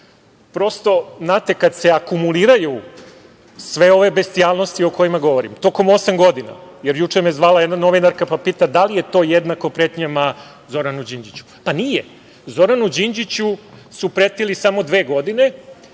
što, znate, kada se akumuliraju sve ove bestijalnosti o kojima govorim tokom osam godina, jer juče me je zvala jedna novinarka, pa pita da li je to jednako pretnjama Zoranu Đinđiću? Nije. Zoranu Đinđiću su pretili samo dve godine